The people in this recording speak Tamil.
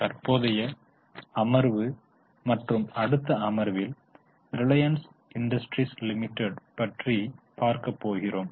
தற்போதைய அமர்வு மற்றும் அடுத்த அமர்வில் ரிலையன்ஸ் இண்டஸ்ட்ரீஸ் லிமிடெட் பற்றி பார்க்க போகிறோம்